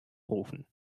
rufen